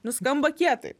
nu skamba kietai